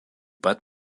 pat